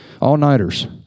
all-nighters